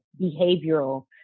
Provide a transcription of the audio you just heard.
behavioral